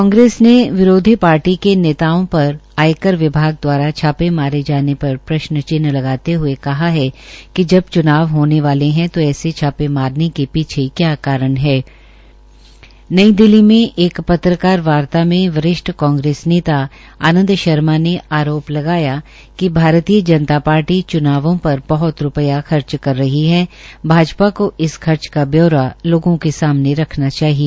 कांग्रेस ने विरोधी पार्टी के नेताओं पर आयकर विभाग दवारा छापे मारे जाने पर प्रश्न चिन्ह लगाते हथे कहा कि जब च्नाव होने वाले है तो ऐसे छापे मारने के पीछे क्या कारण है नई दिल्ली में एक पत्रकारवार्ता मे वरिष्ठ कांग्रेस नेता आनंद शर्मा ने आरोप लगाया कि भारतीय जनता पार्टी च्नावों पर बहत रूपया खर्च कर रही है भाजपा को इस खर्च का ब्यौरा लोगों के सामने रखाना चाहिए